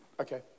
okay